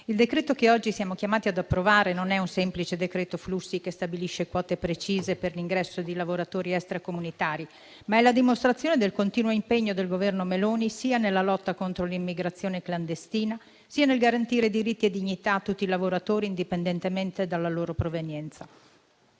il decreto-legge che oggi siamo chiamati ad approvare non è un semplice decreto flussi che stabilisce quote precise per l'ingresso di lavoratori extracomunitari, ma è la dimostrazione del continuo impegno del Governo Meloni sia nella lotta contro l'immigrazione clandestina, sia nel garantire diritti e dignità a tutti i lavoratori, indipendentemente dalla loro provenienza.